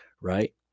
right